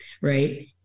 right